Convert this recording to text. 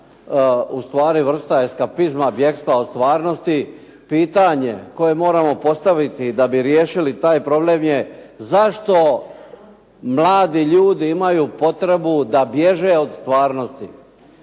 ustvari vrsta eskapizma, bjegstva od stvarnosti. Pitanje koje moramo postaviti da bi riješili taj problem je zašto mladi ljudi imaju potrebu da bježe od stvarnosti?